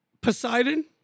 Poseidon